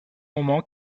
moment